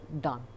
done